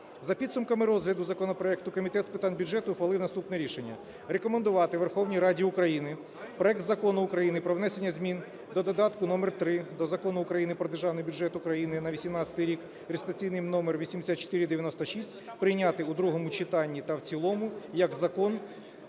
За підсумками розгляду законопроекту Комітет з питань бюджету ухвалив наступне рішення: рекомендувати Верховній Раді України проект Закону України про внесення змін до додатка № 3 до Закону України "Про Державний бюджет України на 2018 рік", реєстраційний номер 8496, прийняти у другому читанні та в цілому як Закон